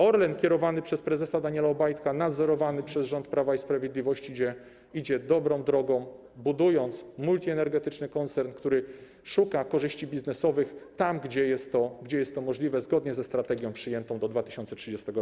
Orlen kierowany przez prezesa Daniela Obajtka, nadzorowany przez rząd Prawa i Sprawiedliwości idzie dobrą drogą, budując multienergetyczny koncern, który szuka korzyści biznesowych tam, gdzie jest to możliwe, zgodnie ze strategią przyjętą do 2030 r.